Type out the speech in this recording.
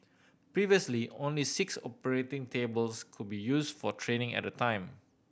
previously only six operating tables could be used for training at a time